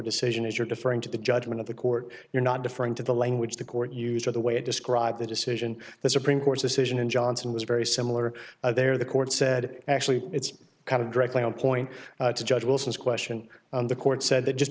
decision is your deferring to the judgment of the court you're not deferring to the language the court used or the way i described the decision the supreme court's decision in johnson was very similar there the court said actually it's kind of directly on point to judge wilson's question the court said that just